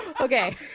Okay